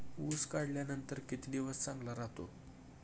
ऊस काढल्यानंतर किती दिवस चांगला राहतो?